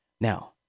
Now